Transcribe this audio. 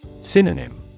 Synonym